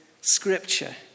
scripture